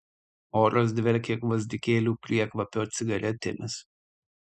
oras dvelkė gvazdikėlių priekvapio cigaretėmis